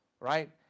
right